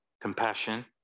compassion